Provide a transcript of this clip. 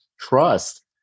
trust